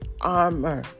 armor